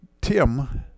Tim